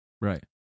Right